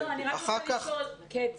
אני רק רוצה לדעת מה